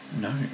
no